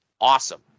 awesome